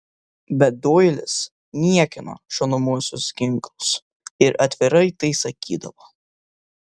bet doilis niekino šaunamuosius ginklus ir atvirai tai sakydavo